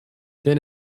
then